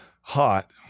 hot